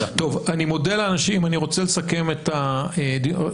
אני מודה לאנשים, אני רוצה לסכם את הדיון.